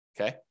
okay